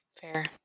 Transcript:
Fair